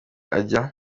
ajya